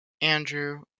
Andrew